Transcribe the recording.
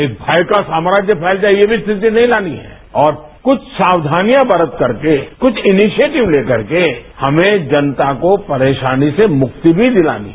एक भय का साम्राज्य फैल जाए ये भी स्थिति नहीं लानी है और कृष्ठ सावधानियां बरत करके कृष्ठ इनिशिएटिव ले करके हमें जनता को परेशानी से मुक्ति भी दिलानी है